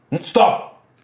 Stop